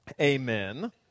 amen